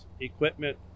equipment